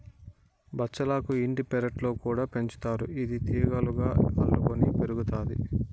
బచ్చలాకు ఇంటి పెరట్లో కూడా పెంచుతారు, ఇది తీగలుగా అల్లుకొని పెరుగుతాది